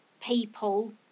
people